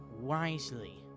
wisely